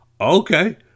okay